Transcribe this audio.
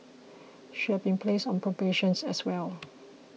she has been placed on probations as well